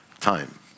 time